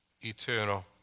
eternal